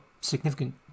significant